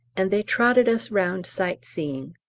and they trotted us round sight-seeing.